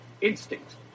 instinct